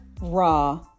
raw